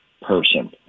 person